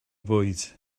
bwyd